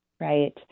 Right